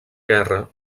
guerra